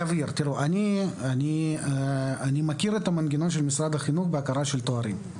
אני מכיר את המנגנון של משרד החינוך להכרה בתארים.